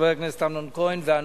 חבר הכנסת אמנון כהן ואנוכי.